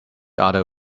other